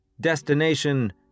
Destination